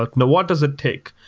and what does it take?